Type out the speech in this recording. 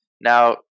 Now